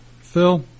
Phil